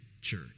church